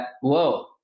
whoa